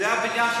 שיש בהן גז.